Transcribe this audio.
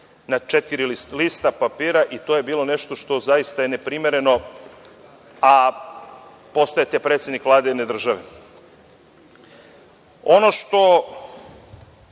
na četiri lista papira i to je bilo nešto što je zaista bilo neprimereno, a postao je predsednik vlade jedne države. Ono što